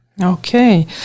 Okay